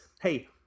hey